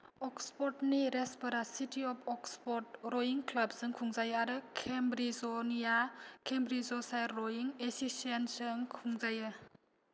अक्सफर्डनि रासफोरा city of Oxford रयिं क्लाबजों खुंजायो आरो केम्ब्रिजनिया केम्ब्रिजशायार रयिं एससिसियेसोन जों खुंजायो